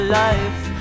life